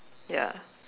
ya